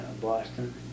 Boston